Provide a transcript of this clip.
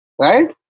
right